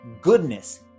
goodness